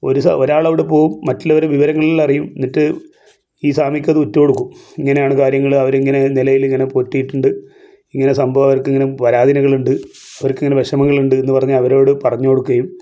ഒരു ഒരാളവിടെ പോവും മറ്റുള്ളവർ വിവരങ്ങളെല്ലാം അറിയും എന്നിട്ട് ഈ സ്വാമിക്കത് ഒറ്റു കൊടുക്കും ഇങ്ങനെയാണ് കാര്യങ്ങൾ അവരിങ്ങനെ നിലവിലിങ്ങനെ പൊട്ടീട്ടുണ്ട് ഇങ്ങനെ സംഭവം അവർക്കിങ്ങനെ പരാധീനതകളുണ്ട് അവർക്കിങ്ങനെ വിഷമങ്ങളുണ്ട് എന്ന് പറഞ്ഞ് അവരോട് പറഞ്ഞ് കൊടുക്കുകയും